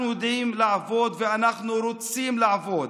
אנחנו יודעים לעבוד, ואנחנו רוצים לעבוד.